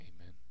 Amen